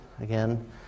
again